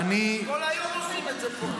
כל יום עושים את זה פה.